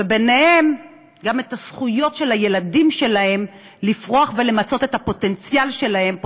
וגם את הזכויות של הילדים שלהם לפרוח ולמצות את הפוטנציאל שלהם,